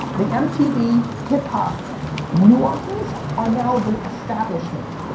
the mtv, hip-hop nuances, are now the establishment.